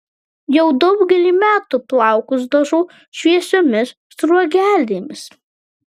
jau daugelį metų plaukus dažau šviesiomis sruogelėmis